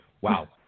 Wow